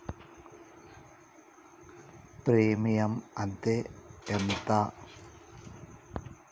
Premium అత్తే ఎంత?